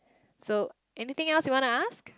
so anything else you wanna ask